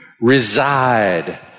Reside